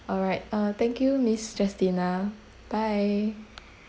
all right uh thank you miss justina bye